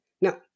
now